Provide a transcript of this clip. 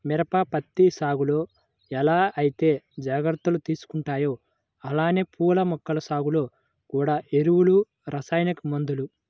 మిరప, పత్తి సాగులో ఎలా ఐతే జాగర్తలు తీసుకుంటామో అలానే పూల మొక్కల సాగులో గూడా ఎరువులు, రసాయనిక మందులు